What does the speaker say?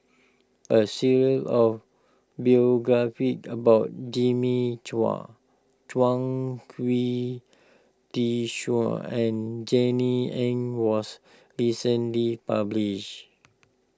a series of biographies about Jimmy Chua Chuang Hui Tsuan and Jenny Ang was recently published